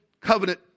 covenant